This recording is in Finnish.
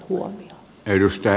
arvoisa puhemies